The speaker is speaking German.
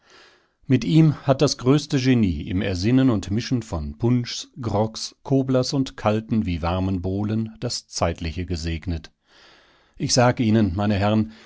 mit ihm hat das größte genie im ersinnen und mischen von punschs grogs koblers kobler cocktail aus likör weißwein fruchtsaft früchten und zucker und kalten wie warmen bowlen das zeitliche gesegnet ich sag ihnen meine herren